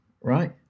right